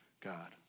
God